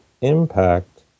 impact